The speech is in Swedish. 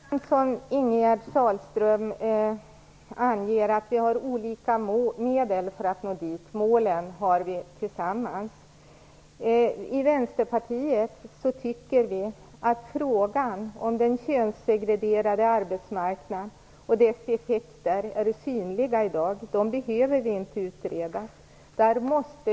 Herr talman! Det är som Ingegerd Sahlström anger. Vi har olika medel för att nå fram, målen har vi tillsammans. Vänsterpartiet anser att den könssegregerade arbetsmarknaden och dess effekter är synliga i dag. Den behöver vi inte utreda.